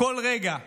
בכל רגע הוא